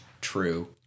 true